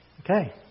Okay